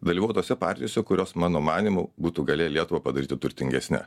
dalyvavau tose partijose kurios mano manymu būtų galėję lietuvą padaryti turtingesne